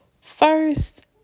first